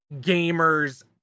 gamer's